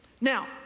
Now